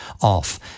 off